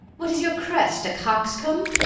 what is your crest? a coxcomb?